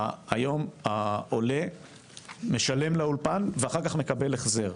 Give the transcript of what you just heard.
היום העולה משלם לאולפן ואחר כך מקבל החזר.